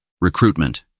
Recruitment